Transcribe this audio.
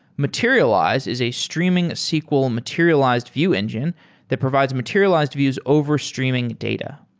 materialize is a streaming sql materialized view engine that provides materialized views over streaming data.